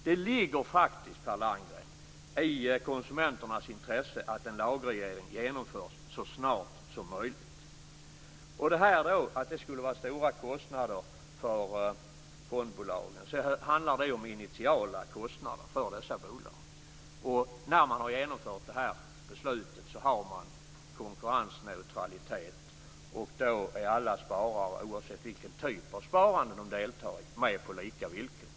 Det ligger faktiskt, Per Landgren, i konsumenternas intresse att den lagregleringen genomförs så snart som möjligt. De stora kostnader för fondbolagen som det nu skulle vara fråga om handlar om initialkostnader för dessa bolag. När beslutet genomförts har man konkurrensneutralitet, och då är alla sparare oavsett vilken typ av sparande de deltar i med på lika villkor.